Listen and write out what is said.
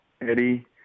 Eddie